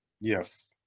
yes